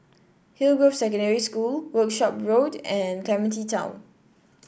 Hillgrove Secondary School Workshop Road and Clementi Town